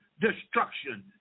destruction